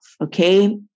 Okay